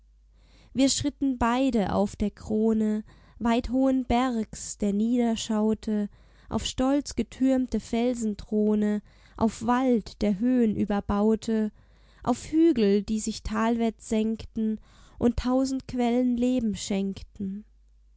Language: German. wir schritten beide auf der krone weit hohen bergs der niederschaute auf stolz getürmte felsenthrone auf wald der höhen überbaute auf hügel die sich talwärts senkten und tausend quellen leben schenkten